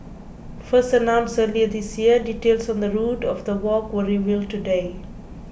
first announced earlier this year details on the route of the walk were revealed today